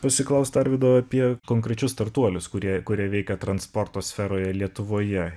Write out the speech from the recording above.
pasiklaust arvydo apie konkrečius startuolius kurie kurie veiką transporto sferoje lietuvoje